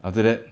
after that